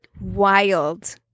wild